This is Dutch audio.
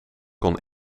kon